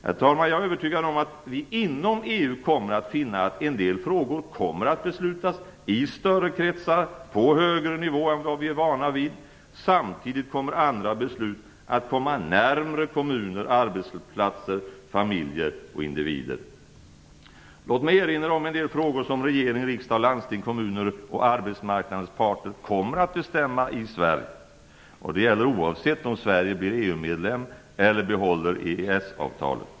Herr talman! Jag är övertygad om att vi inom EU kommer att finna att en del frågor kommer att beslutas i större kretsar, på högre nivå än vad vi är vana vid. Samtidigt kommer andra beslut att komma närmare kommuner, arbetsplatser, familjer och individer. Låt mig erinra om en del frågor som regering, riksdag, landsting, kommuner och arbetsmarknadens parter kommer att besluta om i Sverige. Och det gäller oavsett om Sverige blir EU-medlem eller behåller EES-avtalet.